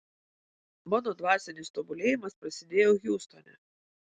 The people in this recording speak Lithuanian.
mano dvasinis tobulėjimas prasidėjo hjustone